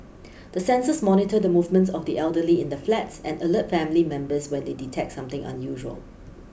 the sensors monitor the movements of the elderly in the flats and alert family members when they detect something unusual